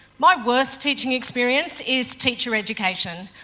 my worst teaching experience is teacher education.